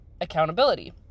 Accountability